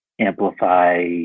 amplify